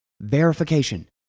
Verification